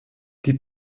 die